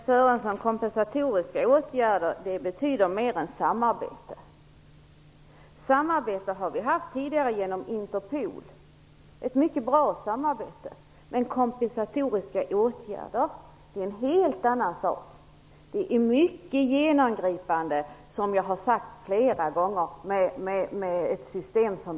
Fru talman! Kompensatoriska åtgärder betyder mer än samarbete. Samarbete har vi haft tidigare genom Interpol, ett mycket bra samarbete. Men kompensatoriska åtgärder är en helt annan sak. De är mycket mer genomgripande, som jag har sagt flera gånger.